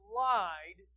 lied